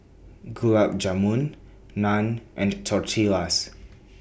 Gulab Jamun Naan and Tortillas